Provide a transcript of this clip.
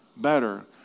Better